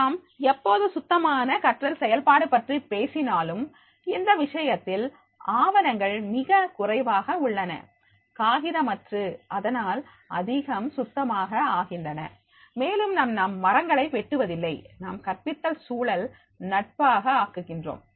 நாம் எப்போது சுத்தமான கற்றல் செயல்பாடு பற்றி பேசினாலும் இந்த விஷயத்தில் ஆவணங்கள் மிகக்குறைவாக உள்ளன காகிதமற்று அதனால் அதிகம் சுத்தமாக ஆகின்றன மேலும் நாம் மரங்களை வெட்டுவதில்லை நாம் கற்பித்தலை சூழல் நட்பாக ஆக்குகின்றோம்